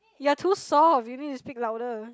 you're too soft you need to speak louder